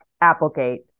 Applegate